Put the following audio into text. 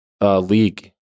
league